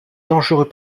dangereux